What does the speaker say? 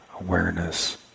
awareness